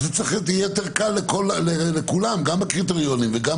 זה צריך להיות לכולם ואז גם הקריטריונים וגם